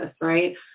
right